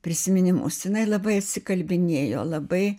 prisiminimus jinai labai atsikalbinėjo labai